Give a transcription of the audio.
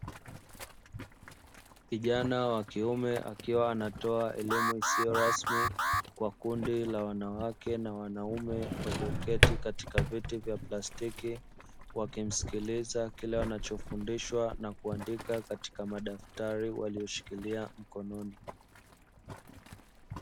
Kijana wa kiume akiwa anatoa elimu isiyo rasmi kwa kundi la wanawake na wanaume walioketi katika viti vya plastiki, wakisikiliza kile wanachofundishwa na kuandika katika madaftari walioshikilia mkononi.